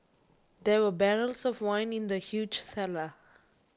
there were barrels of wine in the huge cellar